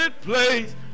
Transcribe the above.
place